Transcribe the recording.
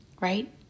Right